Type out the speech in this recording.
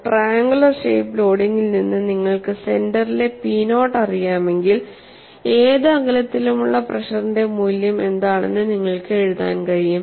triangular shape ലോഡിംഗിൽ നിന്ന് നിങ്ങൾക്ക് സെന്ററിലെ p നോട്ട് അറിയാമെങ്കിൽ ഏത് അകലത്തിലുമുള്ള പ്രെഷറിന്റെ മൂല്യം എന്താണെന്ന് നിങ്ങൾക്ക് എഴുതാൻ കഴിയും